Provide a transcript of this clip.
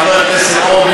חבר הכנסת עודה,